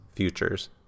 futures